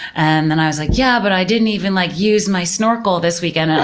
and then i was like, yeah, but i didn't even like use my snorkel this weekend,